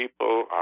people